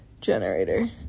generator